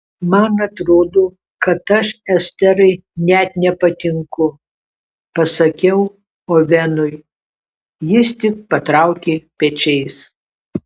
man atrodo kad aš esterai net nepatinku pasakiau ovenui jis tik patraukė pečiais